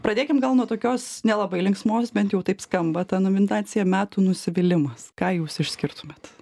pradėkim gal nuo tokios nelabai linksmos bent jau taip skamba ta nominacija metų nusivylimas ką jūs išskirtumėt